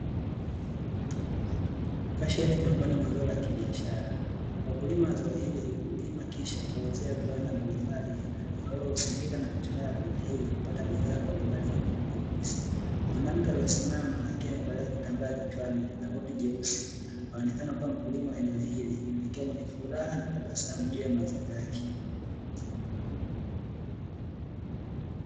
Pesheni ni miongoni mwa zao la kibiashara, wakulima wa zao hili hulima kisha huwauzia viwanda mbalimbali na wao husindika na kuchakata tunda hili kupata bidhaa mbalimbali, kama vile juisi, mwanamke aliyesimama akiwa amevalia kitambaa kichwani na koti jeusi anaonekana kuwa mkulima wa eneo hili akiwa na furaha na tabasamu juu ya mazao yake.